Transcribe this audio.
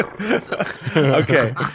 Okay